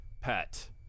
pet